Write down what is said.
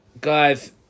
guys